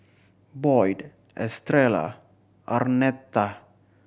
Boyd Estrella Arnetta